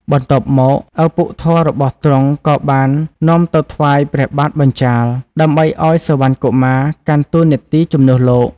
បន្ទាប់មក ឪពុកធម៌របស់ទ្រង់ក៏បាននាំទៅថ្វាយព្រះបាទបញ្ចាល៍ ដើម្បីឱ្យសុវណ្ណកុមារកាន់តួនាទីជំនួសលោក។